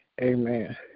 amen